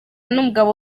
n’umugabo